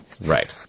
right